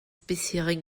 bisherigen